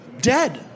dead